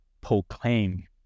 proclaim